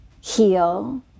heal